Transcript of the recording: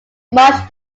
marsh